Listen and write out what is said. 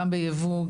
גם בייבוא,